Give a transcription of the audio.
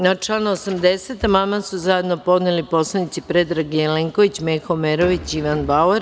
Na član 80. amandman su zajedno podneli narodni poslanici Predrag Jelenković, Meho Omerović, Ivan Bauer.